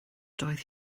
doedd